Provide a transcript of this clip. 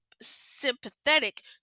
sympathetic